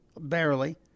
barely